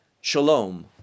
Shalom